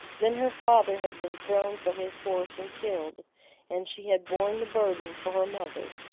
then her father had been thrown from his horse and killed and she had borne the burden for her mother,